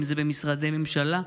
אם זה במשרדי ממשלה,